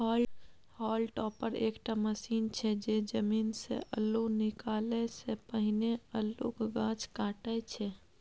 hall topper एकटा machine छै जे जमीनसँ अल्लु निकालै सँ पहिने अल्लुक गाछ काटय छै